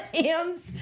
hands